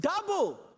double